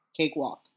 Cakewalk